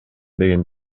деген